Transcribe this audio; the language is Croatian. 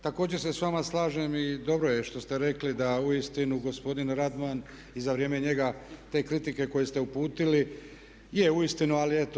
Također se sa vama slažem i dobro je što ste rekli da uistinu gospodin Radman i za vrijeme njega te kritike koje ste uputili, je uistinu ali eto.